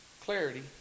clarity